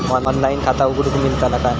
Online खाता उघडूक मेलतला काय?